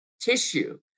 tissue